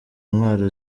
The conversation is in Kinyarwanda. intwaro